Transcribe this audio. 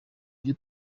byo